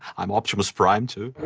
i'm optimus prime too.